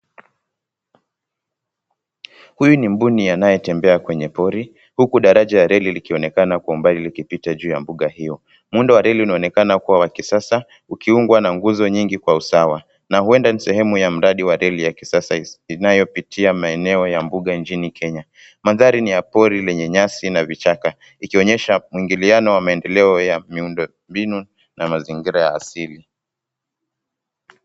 Huyu ni mbuni anayetembea kwenye pori ,Huku daraja ya reli likionekana, kwa umbali likipita juu ya mbuga hiyo Muundo wa reli unaonekana kuwa wa kisasa ,ukiungwa na nguzo nyingi kwa usawa, na huenda ikawa ni sehemu ya mradi wa reli ya kisasa sgr inayopitia maeneo ya mbuga nchini kenya. Mandhari ni ya pori lenye nyasi na vichaka, ikionyesha mwingiliano wa maendeleo ya miundo mbinu na mazingira ya asili.